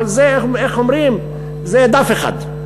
אבל זה דף אחד.